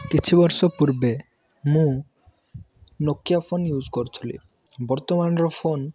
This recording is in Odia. କିଛି ବର୍ଷ ମୁଁ ପୂର୍ବେ ମୁଁ ନୋକିଆ ଫୋନ୍ ୟୁଜ୍ କରୁଥିଲି ବର୍ତ୍ତମାନର ଫୋନ୍